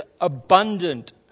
abundant